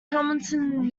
hamilton